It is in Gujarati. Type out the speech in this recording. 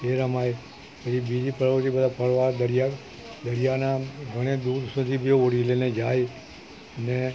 તે રમાય પછી બીજી પ્રવૃત્તિ બધા ફરવા દરિયા દરિયાનાં ઘણે દૂર સુધી બી હોડી લઇને જાય અને